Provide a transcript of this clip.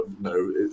no